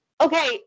Okay